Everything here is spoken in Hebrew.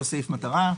זה סעיף מטרה.